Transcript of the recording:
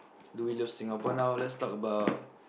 do we love Singapore now let's talk about